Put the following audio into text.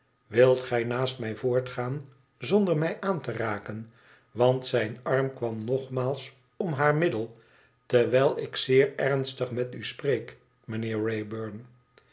wilt gij naast mij voortgaan zonder mij aan te raken want zijn arm kwam nogmaals om haar middel terwijl ik zeer ernstig met u reek